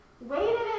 waited